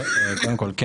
כן.